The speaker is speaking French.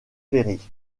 péri